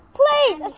please